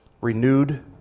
renewed